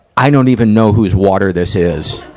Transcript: i don't even know who's water this is.